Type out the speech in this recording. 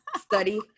study